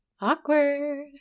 Awkward